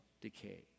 decay